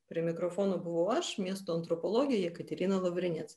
prie mikrofono buvau aš miesto antropologė jekaterina lavrinec